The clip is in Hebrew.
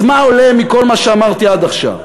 אז מה עולה מכל מה שאמרתי עד עכשיו?